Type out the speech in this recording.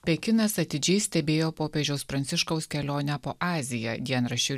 pekinas atidžiai stebėjo popiežiaus pranciškaus kelionę po aziją dienraščiui